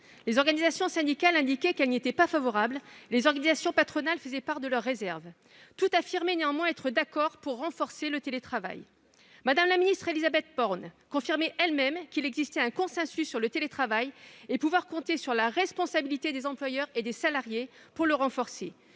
les organisations syndicales indiquaient qu'elles n'y étaient pas favorables et les organisations patronales faisaient part de leurs réserves. Toutes affirmaient néanmoins être d'accord pour renforcer le télétravail. Mme la ministre Élisabeth Borne confirmait elle-même qu'il existait un consensus sur le télétravail et qu'elle pouvait compter sur la responsabilité des employeurs et des salariés pour le renforcer.